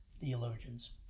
theologians